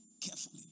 carefully